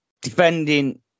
Defending